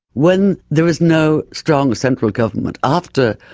when there was no strong central government, after,